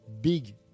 big